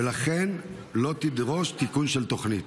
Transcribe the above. ולכן לא תדרוש תיקון של תוכנית.